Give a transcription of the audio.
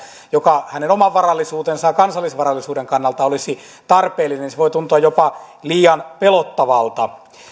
joka iäkkään ihmisen oman varallisuuden ja kansallisvarallisuuden kannalta olisi tarpeellinen ja se voi tuntua jopa liian pelottavalta